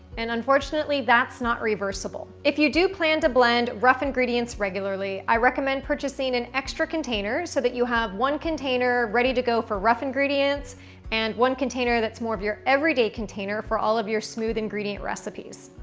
and unfortunately, that's not reversible. if you do plan to blend rough ingredients regularly i recommend purchasing an extra container so that you have one container ready to go for rough ingredients and one container that's more of your everyday container for all of your smooth ingredient recipes.